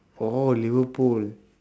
oh liverpool